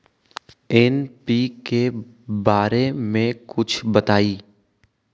NPK बारे म कुछ बताई?